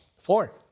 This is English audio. Four